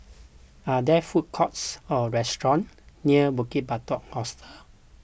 are there food courts or restaurants near Bukit Batok Hostel